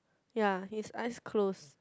yea his eyes close